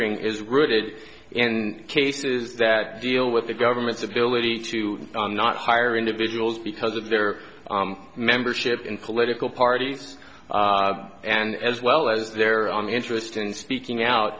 ring is rooted in cases that deal with the government's ability to not hire individuals because of their membership in political party and as well as their interest in speaking out